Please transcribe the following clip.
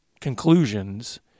conclusions